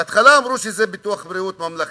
בהתחלה אמרו שזה ביטוח בריאות ממלכתי,